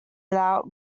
without